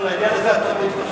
לא, לעניין הזה התרבות חשובה.